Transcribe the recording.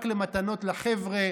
רק למתנות לחבר'ה,